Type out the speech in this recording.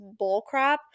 bullcrap